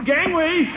Gangway